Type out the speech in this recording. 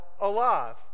alive